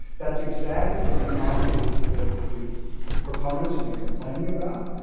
that's exactly the phenomenon that the the proponents have been complaining about,